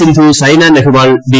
Sindhu Saina Nehwal B